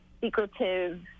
secretive